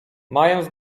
mając